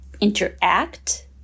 interact